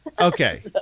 Okay